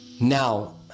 Now